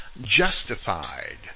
justified